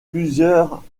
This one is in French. plusieurs